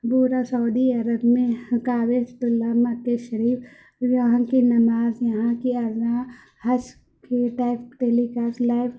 دورا Saudi Arab میں کعبۃُ اللّہ مکؔے شریف یہاں کی نماز یہاں کی اذاں حج کی لائف ٹیلی کاسٹ لائیو